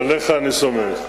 עליך אני סומך.